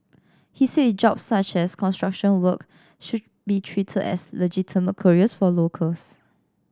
he said jobs such as construction work should be treated as legitimate careers for locals